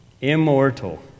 immortal